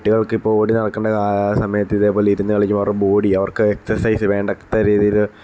കുട്ടികള്ക്ക് ഇപ്പം ഓടിനടക്കേണ്ട സമയത്ത് ഇതേപോലെ ഇരുന്നു കളിക്കുമ്പോൾ അവരുടെ ബോഡി അവര്ക്ക് എക്സസൈസ് വേണ്ട രീതിയില്